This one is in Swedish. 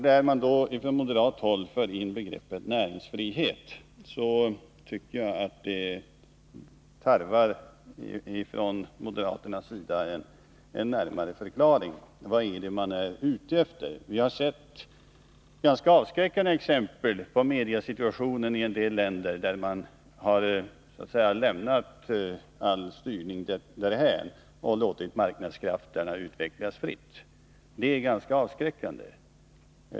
När man från moderat håll för in begreppet näringsfrihet, tycker jag att det tarvar en närmare förklaring. Vad är det man är ute efter? Vi har sett ganska avskräckande exempel på mediesituationen i en del länder, där man lämnat all styrning därhän och låtit marknadskrafterna utvecklas fritt. Det är ganska avskräckande.